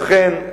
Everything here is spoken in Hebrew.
לכן,